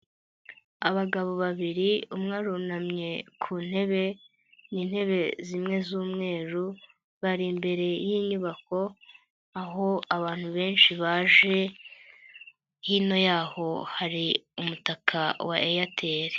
Abagabo babiri umwe arunamye ku ntebe, ni intebe zimwe z'umweru bari imbere y'inyubako, aho abantu benshi baje hino yaho hari umutaka wa Airtel.